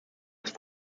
ist